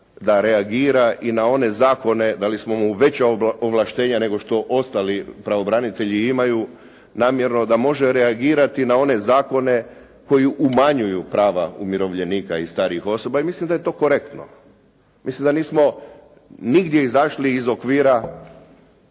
da reagira i na one zakone, dali smo mu veća ovlaštenja nego što ostali pravobranitelji imaju namjerno da može reagirati na one zakone koji umanjuju prava umirovljenika i starijih osoba jer mislim da je to korektno. Mislim da nismo nigdje izašli iz okvira